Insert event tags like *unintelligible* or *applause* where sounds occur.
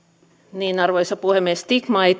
arvoisa puhemies stigma ei *unintelligible*